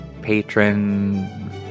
patron